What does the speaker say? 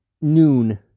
noon